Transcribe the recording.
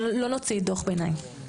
אבל לא נוציא דוח ביניים.